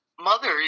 mother